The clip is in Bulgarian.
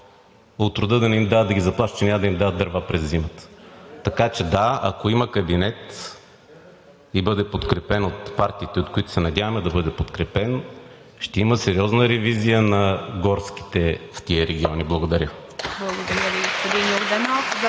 от рода – да не им дават, да ги заплашват, че няма да им дават дърва през зимата. Така че, да, ако има кабинет и бъде подкрепен от партиите, от които се надяваме да бъде подкрепен, ще има сериозна ревизия на горските в тези региони. Благодаря.